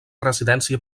residència